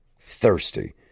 thirsty